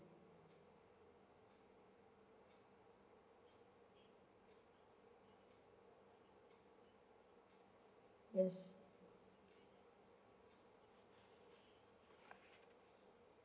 yes